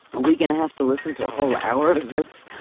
we going to have to listen to a whole hour of this?